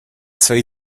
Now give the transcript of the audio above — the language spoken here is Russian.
свою